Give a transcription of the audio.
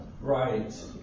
Right